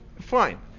fine